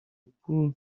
pull